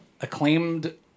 acclaimed